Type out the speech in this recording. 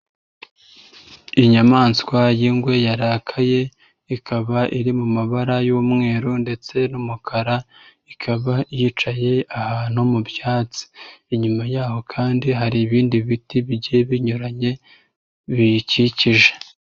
Inyamaswa y'ingwe yarakaye, ikaba iri mu mabara y'umweru ndetse n'umukara, ikaba yicaye ahantu mu byatsi. Inyuma yaho kandi hari ibindi biti bigiye binyuranye biyikikije.